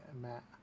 Matt